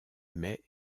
mais